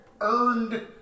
earned